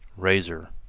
razor,